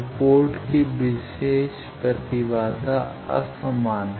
तो पोर्ट की विशेष प्रतिबाधा असमान है